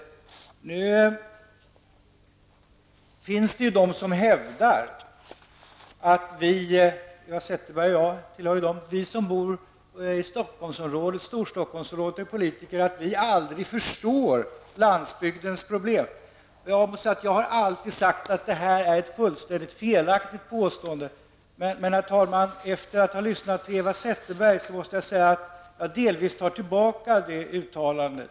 Det finns de som hävdar att vi, som Eva Zetterberg och jag, som bor i Storstockholmsområdet och är politiker aldrig förstår landsbygdens problem. Jag har alltid sagt att det är ett fullständigt felaktigt påstående. Men, herr talman, efter att ha lyssnat på Eva Zetterberg tar jag delvis tillbaka det uttalandet.